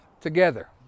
together